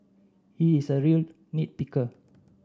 he is a real nit picker